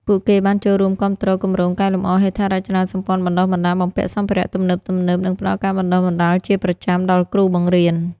ពួកគេបានចូលរួមគាំទ្រគម្រោងកែលម្អហេដ្ឋារចនាសម្ព័ន្ធបណ្តុះបណ្តាល បំពាក់សម្ភារៈទំនើបៗ និងផ្តល់ការបណ្តុះបណ្តាលជាប្រចាំដល់គ្រូបង្រៀន។